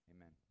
Amen